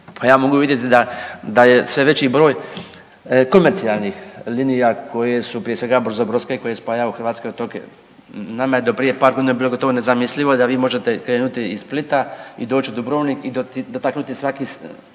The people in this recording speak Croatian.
pa ja mogu vidjeti da je sve veći broj komercijalnih linija koje su prije svega brzobrodske koje spajaju hrvatske otoke. Nama je do prije par godina bilo gotovo nezamislivo da vi možete krenuti iz Splita i doći u Dubrovnik i dotaknuti svaki,